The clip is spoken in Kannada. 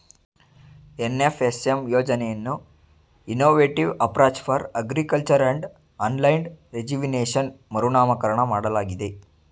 ಎನ್.ಎಫ್.ಎಸ್.ಎಂ ಯೋಜನೆಯನ್ನು innovative approach for agriculture and allied rejuvenation ಮರುನಾಮಕರಣ ಮಾಡಲಾಗಿದೆ